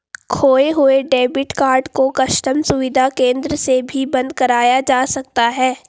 खोये हुए debit card को कस्टम सुविधा केंद्र से भी बंद कराया जा सकता है